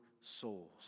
souls